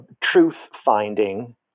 truth-finding